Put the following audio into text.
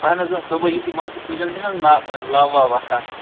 اہن حظ اۭں صُبحٲے یُتھٕے مان ژٕ کُجن چھُ نہٕ حظ نا لاوٕ واوٕ وَتھان